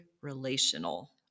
relational